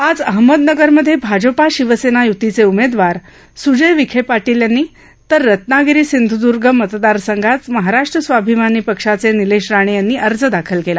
आज अहमदनगरमध्ये भाजपा शिवसेना युतीचे उमेदवार सुजय विखे पार्पेल यांनी तर रत्नागिरसिंधुदुर्ग मतदारसंघात महाराष्ट्र स्वाभिमानी पक्षाचे निलेश राणे यांनी अर्ज दाखल केला